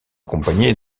accompagné